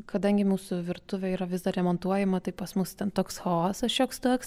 kadangi mūsų virtuvė yra vis dar remontuojama tai pas mus ten toks chaosas šioks toks